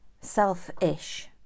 Self-ish